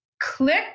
Click